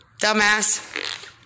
dumbass